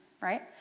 right